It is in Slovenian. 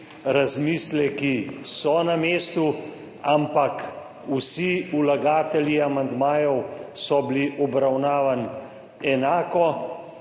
Razmisleki so na mestu, ampak vsi vlagatelji amandmajev so bili obravnavani enako.